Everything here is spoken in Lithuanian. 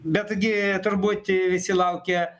bet gi turbūt visi laukia